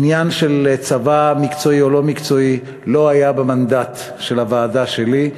עניין של צבא מקצועי או לא מקצועי לא היה במנדט של הוועדה שלי.